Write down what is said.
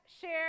share